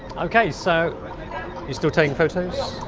okay, so you're still taking photos,